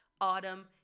Autumn